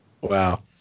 Wow